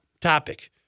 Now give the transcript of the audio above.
topic